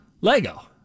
Lego